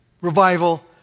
revival